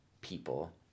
people